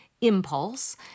Impulse